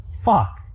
fuck